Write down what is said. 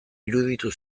iruditu